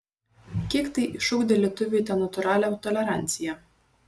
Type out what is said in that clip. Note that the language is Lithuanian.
kiek tai išugdė lietuviui tą natūralią toleranciją